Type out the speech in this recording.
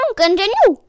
continue